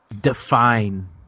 define